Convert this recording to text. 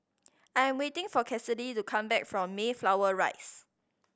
I am waiting for Cassidy to come back from Mayflower Rise